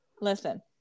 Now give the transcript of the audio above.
Listen